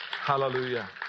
Hallelujah